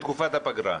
בתקופת הפגרה.